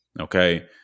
Okay